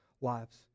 lives